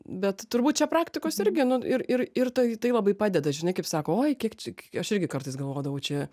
bet turbūt čia praktikos irgi nu ir ir tai tai labai padeda žinai kaip sako oi kiek čia aš irgi kartais galvodavau čia